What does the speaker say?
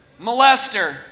molester